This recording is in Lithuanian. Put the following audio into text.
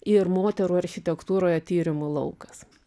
ir moterų architektūroje tyrimų laukas